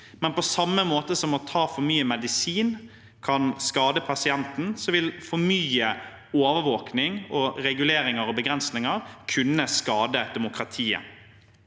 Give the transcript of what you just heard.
men på samme måte som at å ta for mye medisin kan skade pasienten vil for mye overvåkning og reguleringer og begrensninger kunne skade demokratiet.